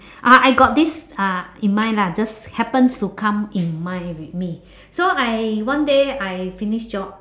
ah I got this uh in mind lah just happens to come in mind with me so I one day I finish job